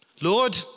Lord